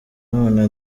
none